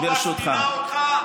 רק חכה.